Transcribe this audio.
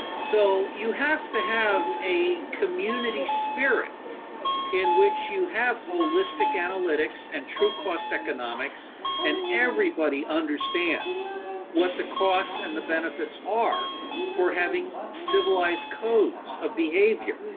so, you have to have a community spirit in which you have holistic analytics and true cost economics and everybody understands what the costs and the benefits are for having civilized codes of behavior.